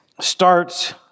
starts